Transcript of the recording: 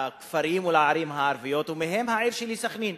לכפרים ולערים הערביות, ובהם העיר שלי, סח'נין.